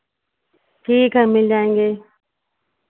ठीक है मिल जाएंगे